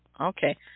Okay